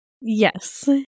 Yes